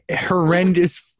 horrendous